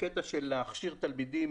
בקטע של להכשיר תלמידים